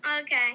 Okay